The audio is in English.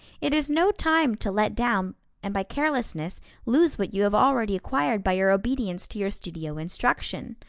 it is no time to let down and by carelessness lose what you have already acquired by your obedience to your studio instruction.